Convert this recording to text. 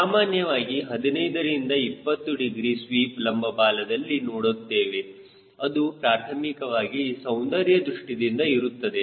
ಸಾಮಾನ್ಯವಾಗಿ 15 ರಿಂದ 20 degree sweep ಲಂಬ ಬಾಲದಲ್ಲಿ ನೋಡುತ್ತೇವೆ ಅದು ಪ್ರಾಥಮಿಕವಾಗಿ ಸೌಂದರ್ಯ ದೃಷ್ಟಿಯಿಂದ ಇರುತ್ತದೆ